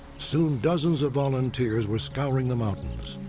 soon, dozens of volunteers were scouring the mountains.